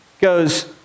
goes